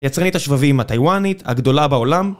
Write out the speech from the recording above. יצרנית השבבים הטיוואנית הגדולה בעולם